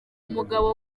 umugabo